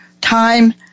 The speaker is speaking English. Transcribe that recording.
time